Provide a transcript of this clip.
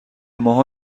ماها